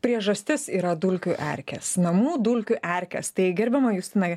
priežastis yra dulkių erkės namų dulkių erkės tai gerbiamai justinai